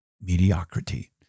Mediocrity